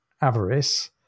avarice